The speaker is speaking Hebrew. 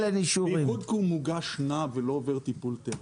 בייחוד כי הוא מוגש נא ולא עובר טיפול תרמי.